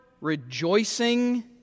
rejoicing